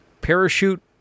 parachute